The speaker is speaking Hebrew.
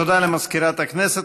תודה למזכירת הכנסת.